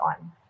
on